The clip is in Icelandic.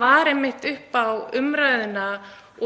var einmitt upp á umræðuna